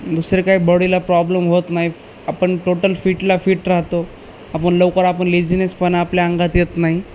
दुसरे काही बॉडीला प्रॉब्लेम होत नाही आपण टोटल फिटला फिट राहतो आपण लवकर आपण लेझिनेस पण आपल्या अंगात येत नाही